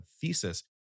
thesis